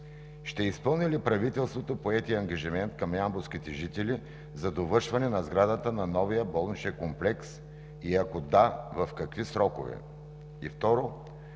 ще изпълни ли правителството поетия ангажимент към ямболските жители за довършване на сградата на новия болничен комплекс и ако да, в какви срокове?